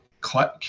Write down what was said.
click